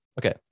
Okay